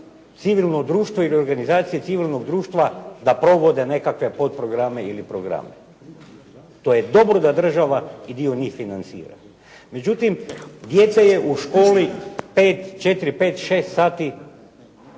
civilno društvo ili organizacije civilnog društva da provode nekakve potprograme ili programe. To je dobro da država i dio njih financira. Međutim, djece je u školi 4, 5, 6 sati